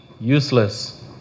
useless